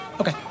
Okay